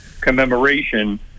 commemoration